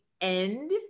end